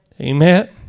Amen